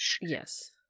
Yes